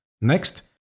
next